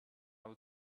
was